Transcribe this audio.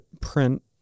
print